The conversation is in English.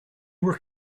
were